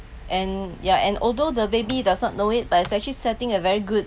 and yeah and although the baby doesn't know it but it's actually setting a very good